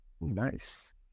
Nice